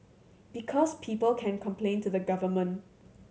because people can complain to the government